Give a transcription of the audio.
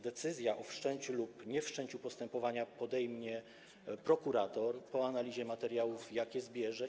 Decyzję o wszczęciu lub niewszczęciu postępowania podejmuje prokurator po analizie materiałów, jakie zbierze.